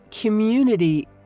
Community